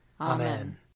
Amen